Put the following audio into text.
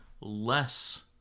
less